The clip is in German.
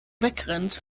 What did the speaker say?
wegrennt